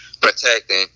protecting